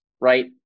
right